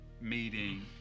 meeting